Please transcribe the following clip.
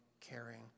caring